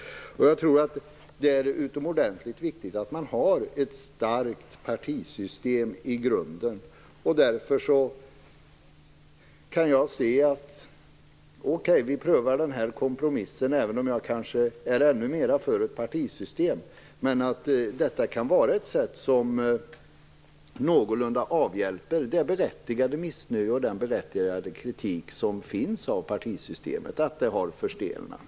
Jag tror att det är utomordentligt viktigt att man har ett starkt partisystem i grunden. Därför kan jag tycka att det är okej att vi prövar den här kompromissen även om jag kanske är ännu mera för ett partisystem. Detta kan vara ett sätt som någorlunda avhjälper det berättigade missnöje och den berättigade kritik som finns mot partisystemet att det har förstelnat.